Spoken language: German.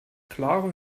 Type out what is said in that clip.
klare